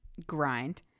grind